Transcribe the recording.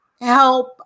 help